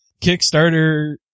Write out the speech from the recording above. Kickstarter